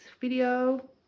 video